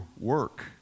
work